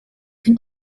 can